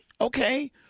Okay